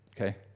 Okay